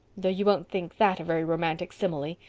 though you won't think that a very romantic simile.